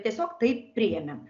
tiesiog tai priėmėm